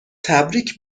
تبریک